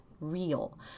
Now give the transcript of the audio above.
real